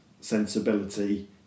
sensibility